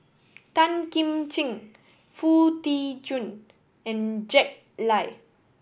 Tan Kim Ching Foo Tee Jun and Jack Lai